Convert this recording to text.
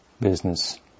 business